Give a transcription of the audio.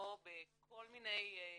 נבוא בכל מיני,